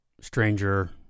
stranger